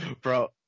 Bro